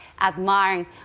admiring